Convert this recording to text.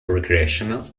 recreational